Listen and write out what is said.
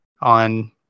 on